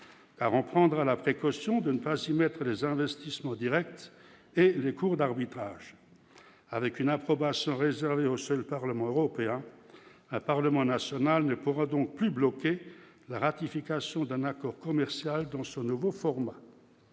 par prendra la précaution de ne pas soumettre des investissements Directs et les cours d'arbitrage avec une approbation réservée au seul Parlement européen, un Parlement national ne pourra donc plus bloquer la ratification d'un accord commercial dans ce nouveau format.